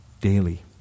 daily